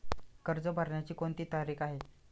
कर्ज भरण्याची कोणती तारीख आहे?